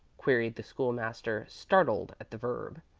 queried the school-master, startled at the verb.